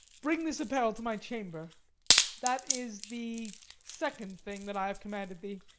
bring this apparel to my chamber that is the second thing that i have commanded thee.